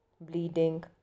bleeding